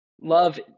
love